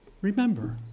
Remember